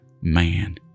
man